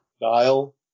dial